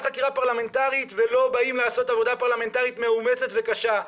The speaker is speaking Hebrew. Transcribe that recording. חקירה פרלמנטרית כשלא באים לעשות עבודה פרלמנטרית מאומצת וקשה.